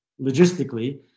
logistically